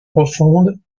profonde